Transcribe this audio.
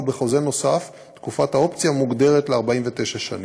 ובחוזה נוסף תקופת האופציה מוגדרת ל-49 שנים.